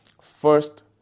First